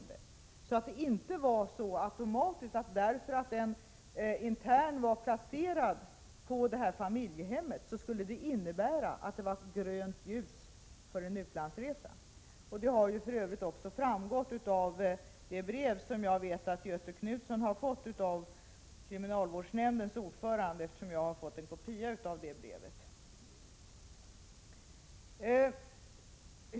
Det var alltså inte automatiskt så att därför att en intern var placerad på det här familjehemmet, var det grönt ljus för en utlandsresa. Detta har för övrigt också framgått av det brev som jag vet att Göthe Knutson har fått från kriminalvårdsnämndens ordförande och som jag har fått en kopia på.